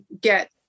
get